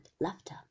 laughter